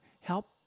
Help